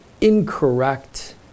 incorrect